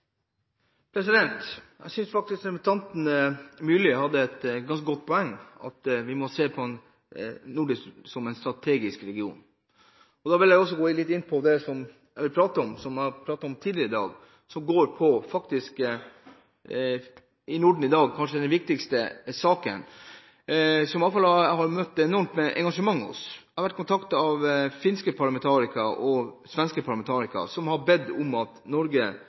Jeg synes faktisk representanten Myrli hadde et ganske godt poeng, at vi må se på Norden som en strategisk region. Da vil jeg gå inn på det jeg vil prate om – som jeg har pratet om tidligere i dag – som kanskje går på den viktigste saken i Norden i dag, og som jeg har møtt et enormt engasjement rundt. Jeg har vært kontaktet av finske og svenske parlamentarikere, som har bedt om at